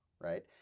right